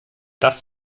das